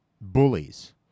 bullies